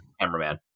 cameraman